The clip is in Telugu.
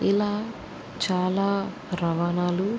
ఇలా చాలా రవాణాలు